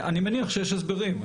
אני מניח שיש הסברים.